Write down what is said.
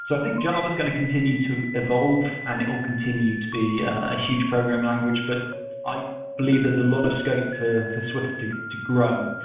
but think java is going to continue to evolve and it will continue to be a huge program language. but i believe there's a lot of space for swift to to grow,